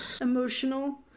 emotional